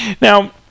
Now